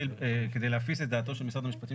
כדי להפיס את דעתו של משרד המשפטים,